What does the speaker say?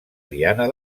diana